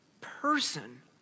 person